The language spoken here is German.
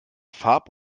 farb